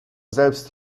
selbst